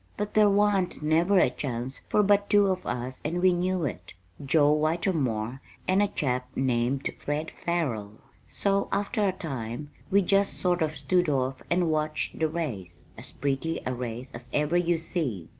but there wa'n't never a chance for but two of us and we knew it joe whitermore and a chap named fred farrell. so, after a time, we just sort of stood off and watched the race as pretty a race as ever you see.